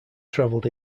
traveled